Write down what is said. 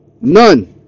None